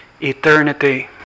eternity